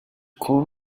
call